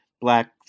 Black